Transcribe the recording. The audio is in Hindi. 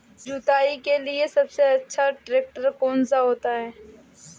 जुताई के लिए कौन सा ट्रैक्टर सबसे अच्छा होता है?